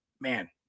man